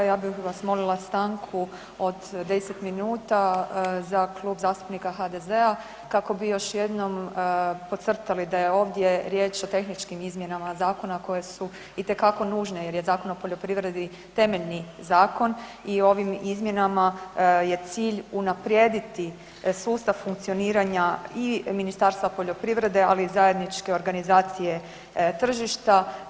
Ja bih vas molila stanku od 10 minuta za Klub zastupnika HDZ-a kako bi još jednom podcrtali da je ovdje riječ o tehničkim izmjenama zakona koje su itekako nužne jer je Zakon o poljoprivredi temeljni zakon i ovim izmjenama je cilj unaprijediti sustav funkcioniranja i Ministarstva poljoprivrede ali i zajedničke organizacije tržišta.